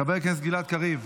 חבר הכנסת גלעד קריב,